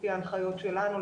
לפי ההנחיות שלנו,